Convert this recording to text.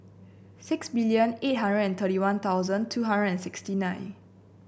six million eight hundred and thirty One Thousand two hundred and sixty nine